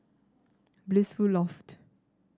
Blissful Loft